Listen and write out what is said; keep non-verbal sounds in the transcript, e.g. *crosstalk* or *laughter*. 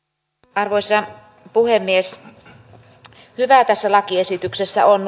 arvoisa puhemies hyvää tässä lakiesityksessä on *unintelligible*